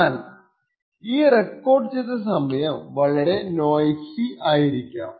എന്നാൽ ഈ റെക്കോർഡ് ചെയ്ത സമയം വളരെ നോയ്സി ആയിരിക്കാം